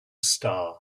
star